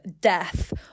death